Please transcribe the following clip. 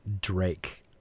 Drake